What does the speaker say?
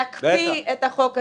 להקפיא את החוק הזה,